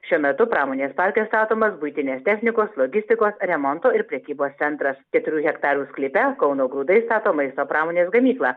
šiuo metu pramonės parke statomas buitinės technikos logistikos remonto ir prekybos centras keturių hektarų sklype kauno grūdai stato maisto pramonės gamyklą